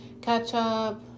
ketchup